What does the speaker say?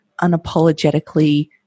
unapologetically